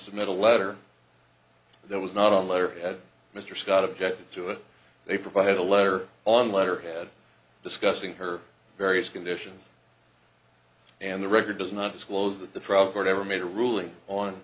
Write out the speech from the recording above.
submit a letter that was not on letterhead mr scott objected to it they provided a letter on letterhead discussing her various conditions and the record does not disclose that the drug court ever made a ruling on